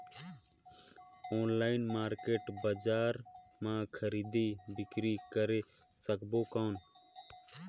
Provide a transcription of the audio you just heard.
Online market बजार मां खरीदी बीकरी करे सकबो कौन?